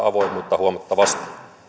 avoimuutta huomattavasti